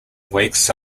wakes